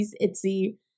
ITZY